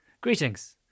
Greetings